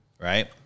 right